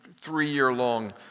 three-year-long